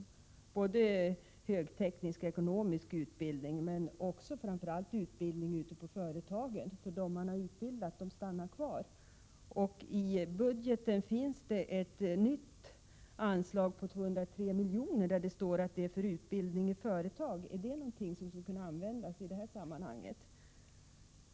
Det gäller högteknisk och ekonomisk utbildning men också och framför allt utbildning ute på företagen. De som man har utbildat stannar ju kvar. I budgeten finns ett nytt anslag på 203 milj.kr., och det står att detta anslag är för utbildning i företag. Skulle detta anslag kunna användas i det här sammanhanget?